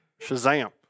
Shazam